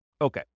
Okay